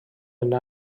yna